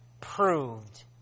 proved